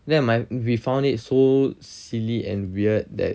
then we like found it so silly and weird that